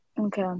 Okay